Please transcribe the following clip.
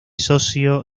socio